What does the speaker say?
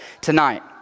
tonight